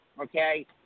okay